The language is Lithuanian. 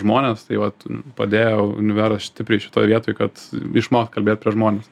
žmones tai vat padėjo univeras stipriai šitoj vietoj kad išmokt kalbėt prieš žmones